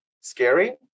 scary